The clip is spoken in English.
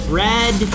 red